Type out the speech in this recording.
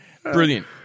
Brilliant